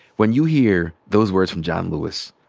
when you hear those words from john lewis,